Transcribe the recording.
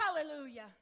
Hallelujah